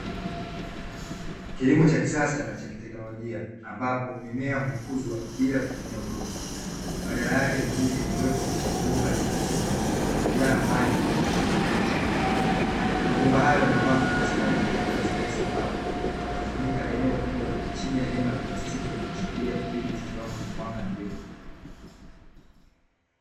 Kilimo cha kisasa na cha kitekinilojia, ambapo mimea hukuzwa bila kutumia udongo badala yake mizizi imewekwa kwenye mabomba ya plastiki yaliyo jaa maji na virutubisho muhimu. Mabomba hayo yamepangwa kwa ustadi katika midtari sambamba yakifunika eneo kubwa chini ya hema la plastiki linalosaidia kudhibiti kiwango cha mwanga na joto.